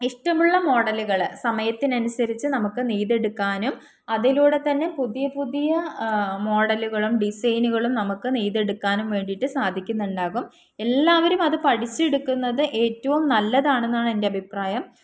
ഇഷ്ടമുള്ള മോഡലുകൾ സമയത്തിന് അനുസരിച്ച് നമുക്ക് നെയ്ത് എടുക്കാനും അതിലൂടെ തന്നെ പുതിയ പുതിയ മോഡലുകളും ഡിസൈനുകളും നമുക്ക് നെയ്ത് എടുക്കാനും വേണ്ടിയിട്ട് സാധിക്കുന്നുണ്ടാകും എല്ലാവരും അത് പഠിച്ചെടുക്കുന്നത് ഏറ്റവും നല്ലതാണ് എന്നാണ് എൻ്റെ അഭിപ്രായം